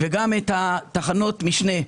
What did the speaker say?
וגם את תחנות המשנה,